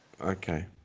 okay